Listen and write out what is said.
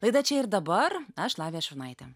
laida čia ir dabar aš lavija šurnaitė